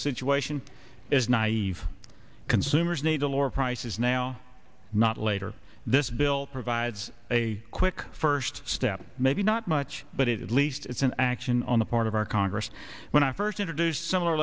situation is naive consumers need to lower prices now not later this bill provides a quick first step maybe not much but at least it's an action on the part of our congress when i first introduced similar